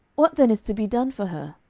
what then is to be done for her?